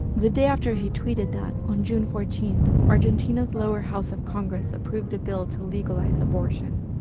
the day after he tweeted that, on june fourteen, argentina's lower house of congress approved a bill to legalize abortion.